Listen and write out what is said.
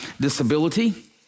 disability